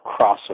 crossover